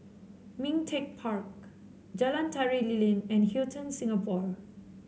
Ming Teck Park Jalan Tari Lilin and Hilton Singapore